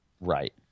Right